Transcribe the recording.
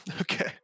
Okay